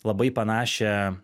labai panašią